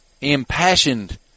impassioned